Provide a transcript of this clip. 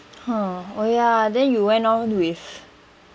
ha oh ya then you went on with